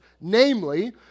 namely